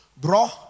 Bro